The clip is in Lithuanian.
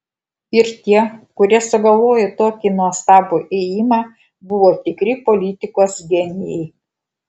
ir tie kurie sugalvojo tokį nuostabų ėjimą buvo tikri politikos genijai